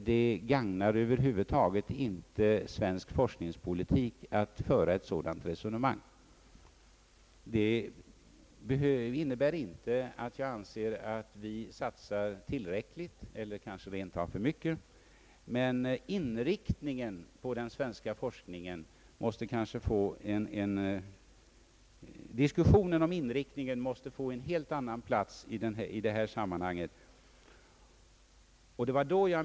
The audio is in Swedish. Det gagnar över huvud taget inte svensk forskningspolitik att föra ett sådant resonemang. Det innebär inte att jag anser, att vi satsar tillräckligt eller kanske rent av för mycket. Men diskussionen om inriktningen av den svenska forskningen måste få en helt annan plats i detta sammanhang.